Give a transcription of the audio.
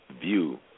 view